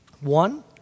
One